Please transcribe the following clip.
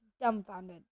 dumbfounded